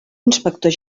inspector